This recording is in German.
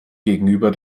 gegenüber